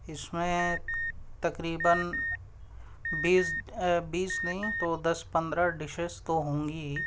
اس میں تقریباً بیس بیس نہیں تو دس پندرہ ڈشز تو ہوں گی ہی